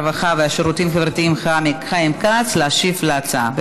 הרווחה והשירותים החברתיים חיים כץ להשיב על ההצעה.